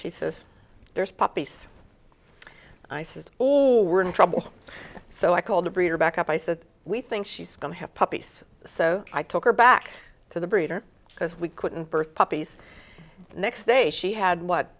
she says there's puppy i said we're in trouble so i called the breeder back up i said we think she's going to have puppies so i took her back to the breeder because we couldn't birth puppies the next day she had what